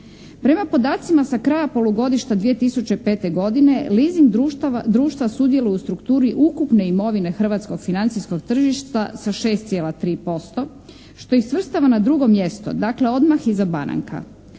Prema podacima sa kraja polugodišta 2005. godine leasing društva sudjeluje u strukturi ukupne imovine Hrvatskog financijskog tržišta sa 6,3% što ih svrstava na drugo mjesto. Dakle, odmah iza banaka.